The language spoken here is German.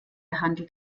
handelt